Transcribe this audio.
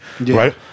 right